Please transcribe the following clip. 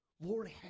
Lord